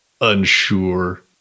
unsure